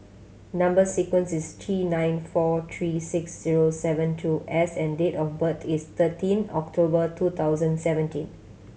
number sequence is T nine four three six zero seven two S and date of birth is thirteen October two thousand seventeen